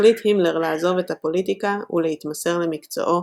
החליט הימלר לעזוב את הפוליטיקה ולהתמסר למקצועו